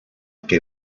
que